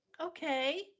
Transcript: Okay